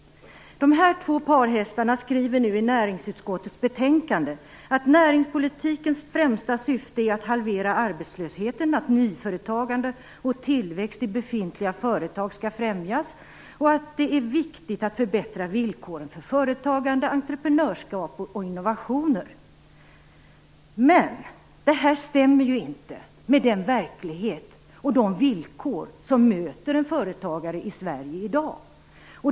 De här två parhästarna skriver nu i näringsutskottets betänkande att näringspolitikens främsta syfte är att halvera arbetslösheten, att nyföretagande och tillväxt i befintliga företag skall främjas och att det är viktigt att förbättra villkoren för företagande, entreprenörskap och innovationer. Men det här stämmer inte med den verklighet och de villkor som möter en företagare i Sverige i dag.